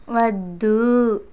వద్దు